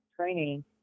training